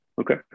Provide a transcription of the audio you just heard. okay